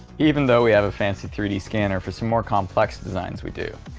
even though we have fancy three d scanner for some more complex designs we do.